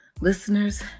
Listeners